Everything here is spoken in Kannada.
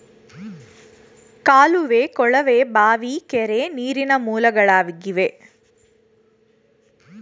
ಕಾಲುವೆ, ಕೊಳವೆ ಬಾವಿ, ಕೆರೆ, ನೀರಿನ ಮೂಲಗಳಾಗಿವೆ